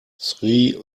sri